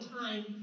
time